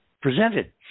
presented